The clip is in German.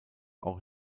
auch